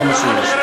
זה מה שיש.